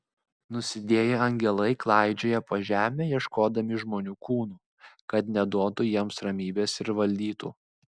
nusidėję angelai klaidžioja po žemę ieškodami žmonių kūnų kad neduotų jiems ramybės ir valdytų